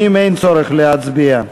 נא להצביע.